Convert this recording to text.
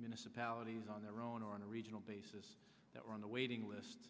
municipalities on their own or in a regional basis that are on the waiting list